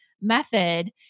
method